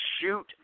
shoot –